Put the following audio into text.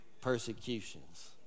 persecutions